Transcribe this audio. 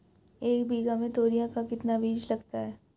एक बीघा में तोरियां का कितना बीज लगता है?